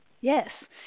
Yes